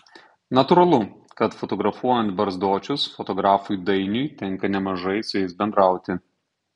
natūralu kad fotografuojant barzdočius fotografui dainiui tenka nemažai su jais bendrauti